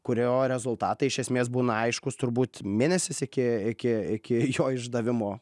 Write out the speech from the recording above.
kurio rezultatai iš esmės būna aiškūs turbūt mėnesis iki iki iki jo išdavimo